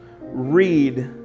read